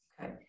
okay